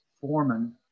foreman